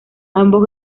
ambos